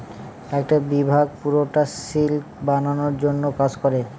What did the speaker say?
একটা বিভাগ পুরোটা সিল্ক বানানোর জন্য কাজ করে